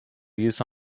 use